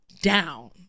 Down